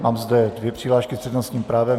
Mám zde dvě přihlášky s přednostním právem.